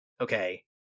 okay